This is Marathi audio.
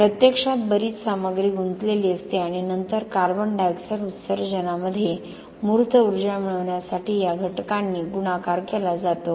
प्रत्यक्षात बरीच सामग्री गुंतलेली असते आणि नंतर कार्बन डायऑक्साइड उत्सर्जनामध्ये मूर्त ऊर्जा मिळविण्यासाठी या घटकांनी गुणाकार केला जातो